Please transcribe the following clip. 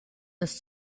des